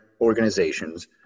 organizations